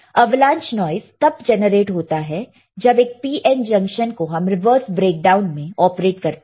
avalanche noise तब generate होता है जब एक PN जंक्शन को हम रिवर्स ब्रेकडाउन में ऑपरेट करते हैं